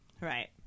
Right